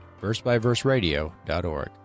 versebyverseradio.org